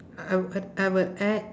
I I would I would add